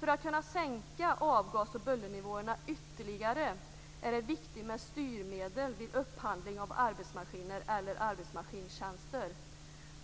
För att kunna sänka avgas och bullernivåerna ytterligare är det viktigt med styrmedel vid upphandling av arbetsmaskiner eller arbetsmaskintjänster.